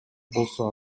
болсо